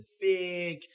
big